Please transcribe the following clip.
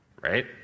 right